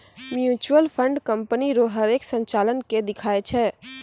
mutual fund company रो हरेक संचालन के दिखाय छै